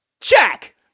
Check